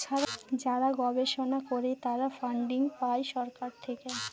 যারা গবেষণা করে তারা ফান্ডিং পাই সরকার থেকে